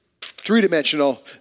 three-dimensional